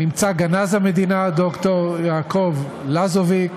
נמצאים גנז המדינה ד"ר יעקב לזוביק,